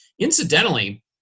Incidentally